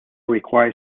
require